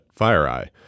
FireEye